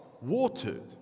watered